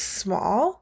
small